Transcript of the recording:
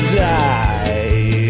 die